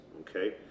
Okay